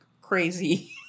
crazy